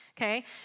Okay